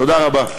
תודה רבה.